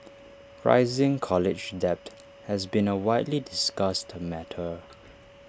rising college debt has been A widely discussed matter